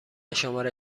شماره